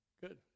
good